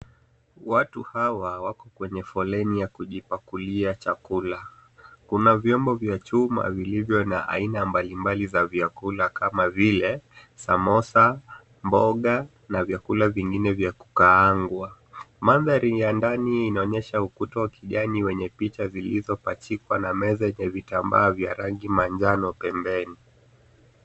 Watu hawa wako kwenye foleni ya kujipakulia chakula. Kuna vyombo vya chuma vilivyo na aina mbalimbali za vyakula kama vile samosa, mboga na vyakula vingine vya kukaangwa. Mandhari ya ndani inaonyesha ukuta wa kijani wenye picha zilizopachikwa na meza enye vitambaa vya rangi manjano pembeni.